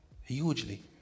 hugely